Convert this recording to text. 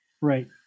Right